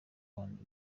bantu